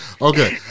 Okay